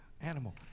animal